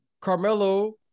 Carmelo